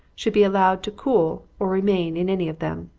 should be allowed to cool or remain in any of them.